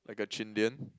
like a Chindian